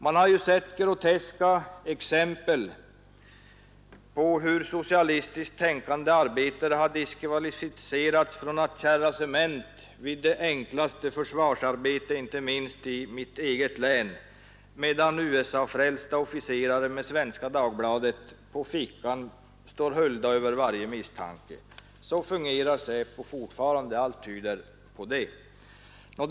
Man har ju sett groteska exempel på hur socialistiskt tänkande arbetare har diskvalificerats från att kärra cement vid det enklaste försvarsarbete, inte minst i mitt eget län, medan USA-frälsta officerare med Svenska Dagbladet i fickan står höjda över varje misstanke. Så fungerar SÄPO fortfarande — allt tyder på detta.